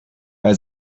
bei